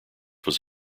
was